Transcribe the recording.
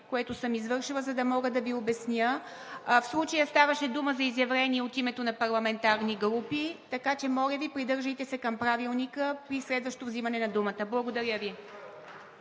което съм извършила, за да мога да Ви обясня. В случая ставаше дума за изявления от името на парламентарни групи, така че Ви моля, придържайте се към Правилника при следващо вземане на думата. Благодаря Ви.